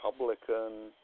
Republican